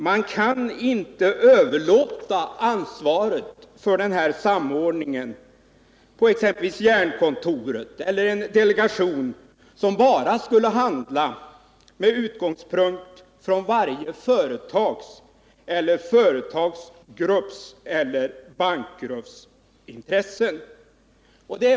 Man kan inte överlåta ansvaret för samordningen på exempelvis Jernkontoret eller en delegation, som handlar uteslutande med utgångspunkt i varje företags, företagsgrupps eller bankgrupps intressen.